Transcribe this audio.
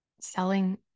selling